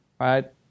right